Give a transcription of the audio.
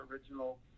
original